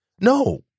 No